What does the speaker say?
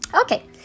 okay